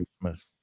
Christmas